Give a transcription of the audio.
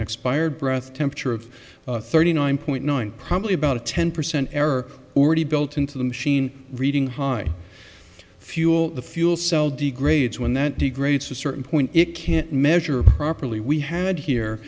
expired broth temperature of thirty nine point nine probably about a ten percent error already built into the machine reading hard fuel the fuel cell degrades when that degrades a certain point it can't measure properly we had here